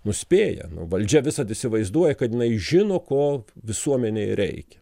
nuspėja nu valdžia visad įsivaizduoja kad jinai žino ko visuomenei reikia